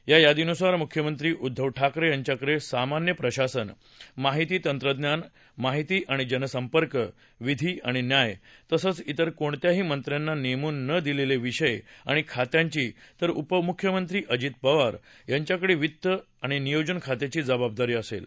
या यादीनुसार मुख्यमंत्री उद्दव ठाकरे यांच्याकडे सामान्य प्रशासन माहिती तंत्रज्ञान माहिती आणि जनसंपर्क विधी आणि न्याय तसंच इतर कोणत्याही मंत्र्यांना नेमून न दिलेले विषय आणि खात्यांची तर उपमुख्यमंत्री अजित पवार यांच्याकडे वित्त आणि नियोजन खात्याची जबाबदारी असेल